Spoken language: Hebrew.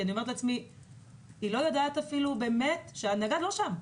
כי אני אומרת לעצמי שהיא לא יודעת באמת שהנגד לא שם.